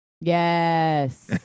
Yes